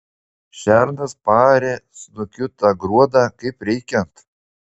šernas paarė snukiu tą gruodą kaip reikiant